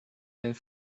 and